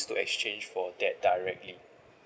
to exchange for that directly